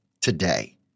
today